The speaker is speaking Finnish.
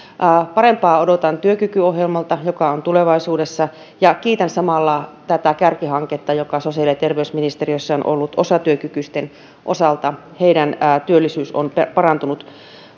parempaa odotan työkykyohjelmalta joka on tulevaisuudessa ja kiitän samalla tätä kärkihanketta joka sosiaali ja terveysministeriössä on ollut osatyökykyisten osalta heidän työllisyytensä on parantunut